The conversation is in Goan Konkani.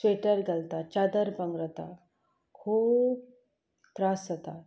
स्वेटर घालतात चादर पांगरतात खूब त्रास जाता